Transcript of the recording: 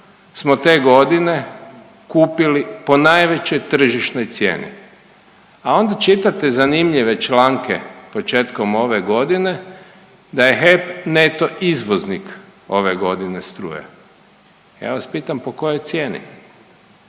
smo te godine kupili po najvećoj tržišnoj cijeni, a onda čitate zanimljive članke početkom ove godine da je HEP neto izvoznik ove godine struje. Ja vas pitam po kojoj cijeni,